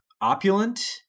opulent